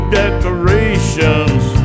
decorations